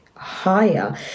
Higher